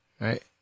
Right